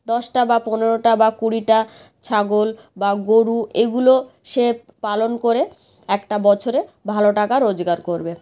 দশটা বা পনেরোটা বা কুড়িটা ছাগল বা গরু এগুলো সে পালন করে একটা বছরে ভালো টাকা রোজগার করবে